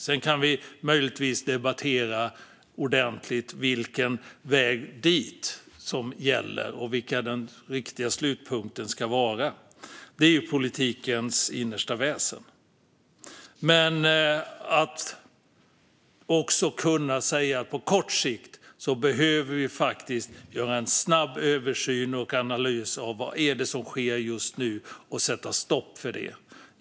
Vi kan behöva debattera ordentligt vilken väg vi ska gå och vilken slutpunkt vi ska ha, men det är ju politikens innersta väsen. Vi måste också kunna säga att vi på kort sikt behöver göra en snabb översyn och analys av vad det är som sker just nu och sätta stopp för det.